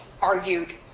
argued